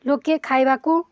ଲୋକେ ଖାଇବାକୁ